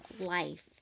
life